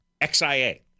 XIA